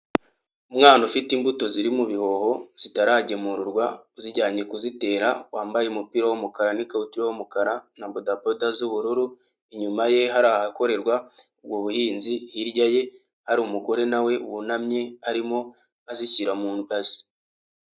Umwana ufite imbuto ziri mu bihoho, zitaragemurwa uzijyanye kuzitera, wambaye umupira w'umukara n'ikabutura y'umukara na bodaboda z'ubururu, inyuma ye hari ahakorerwa ubwo buhinzi, hirya ye hari umugore na we wunamye arimo azishyira mu ngazi.